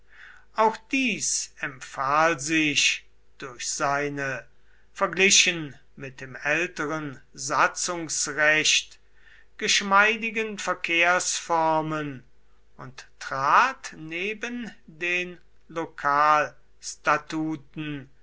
auch dies empfahl sich durch seine verglichen mit dem älteren satzungsrecht geschmeidigen verkehrsformen und trat neben den